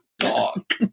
talk